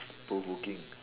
two bookings